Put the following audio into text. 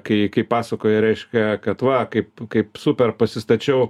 kai kai pasakoja reiškia kad va kaip kaip super pasistačiau